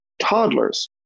toddlers